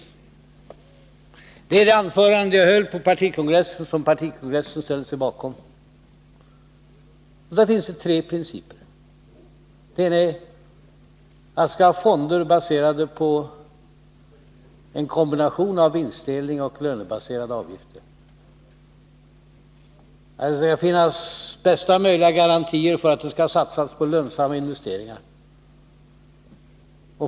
Det gäller det anförande som jag höll på partikongressen och som partikongressen ställde sig bakom. Det finns tre principer. Den ena principen är att fonderna skall vara baserade på en kombination av vinstdelning och lönebaserade avgifter. Det skall finnas bästa möjliga garantier för satsning på lönsamma investeringar.